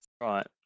right